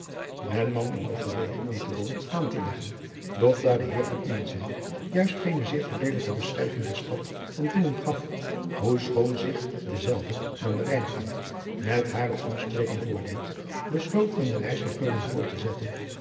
en nam in overweging om te onn aan te leggen doch daar de eer juist geene zeer voordelige beschrijving der stad van binnen gaf hoe schoon zich dezelve aan den ijnkant met hare ommestreken voordeed besloot men de reis naar eulen voort te zetten